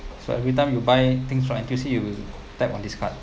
so every time you buy things from N_T_U_C you will tap on this card